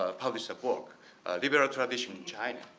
ah published a book iberal tradition in china,